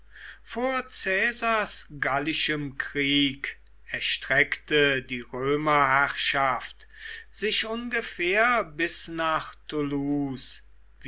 vor caesars gallischem krieg erstreckte die römerherrschaft sich ungefähr bis nach